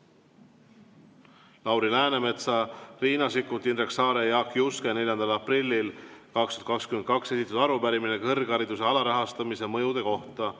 Lauri Läänemetsa, Riina Sikkuti, Indrek Saare ja Jaak Juske 4. aprillil 2022 esitatud arupärimine kõrghariduse alarahastamise mõjude kohta